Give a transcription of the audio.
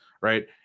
right